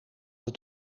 het